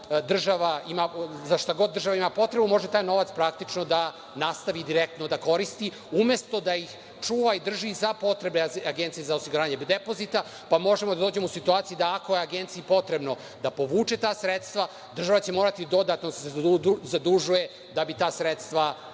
da šta god država ima potrebu može taj novac praktično da nastavi direktno da koristi, umesto da ih čuva za potrebe Agencije za osiguranje depozita. Pa, možemo da dođemo u situaciju da ako je Agenciji potrebno da povuče ta sredstva, država će morati dodatno da zadužuje da bi ta sredstva